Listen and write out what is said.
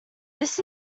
this